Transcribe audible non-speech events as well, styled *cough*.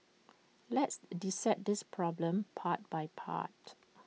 let's dissect this problem part by part *noise*